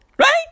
Right